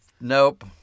Nope